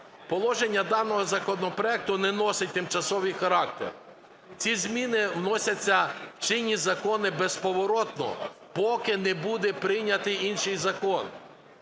Положення даного законопроекту не носить тимчасовий характер, ці зміни вносяться в чинні закони безповоротно, поки не буде прийнятий інший закон.